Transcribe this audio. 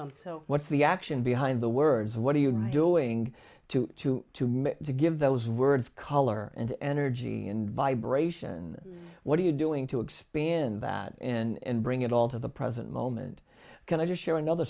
them so what's the action behind the words what are you doing to give those words color and energy and vibration what are you doing to expand that and bring it all to the present moment can i just share another